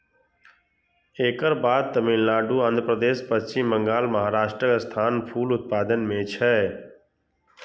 एकर बाद तमिलनाडु, आंध्रप्रदेश, पश्चिम बंगाल, महाराष्ट्रक स्थान फूल उत्पादन मे छै